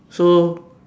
so